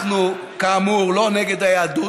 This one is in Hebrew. אנחנו, כאמור, לא נגד היהדות.